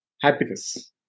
Happiness